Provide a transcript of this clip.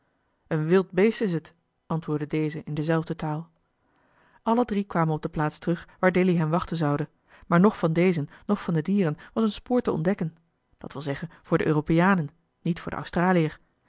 een wild beest is het antwoordde deze in dezelfde taal alle drie kwamen op de plaats terug waar dilly hen wachten zoude maar noch van dezen noch van de dieren was een spoor te ontdekken dat wil zeggen voor de europeanen niet voor den australiër